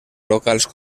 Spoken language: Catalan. locals